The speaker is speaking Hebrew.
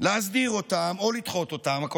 להסדיר אותם או לדחות אותם מספר החוקים,